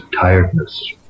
tiredness